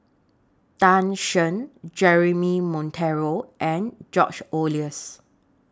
Tan Shen Jeremy Monteiro and George Oehlers